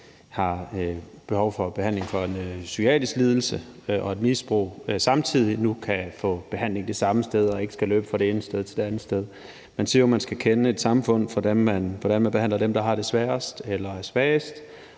har behov for at få behandling for en psykiatrisk lidelse og samtidig et misbrug, nu kan få behandling det samme sted, og at man ikke skal løbe fra det ene sted til det andet sted. Man siger jo, at man skal kende et samfund på, hvordan man behandler dem, der har det sværest eller er svagest,